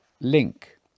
link